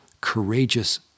courageous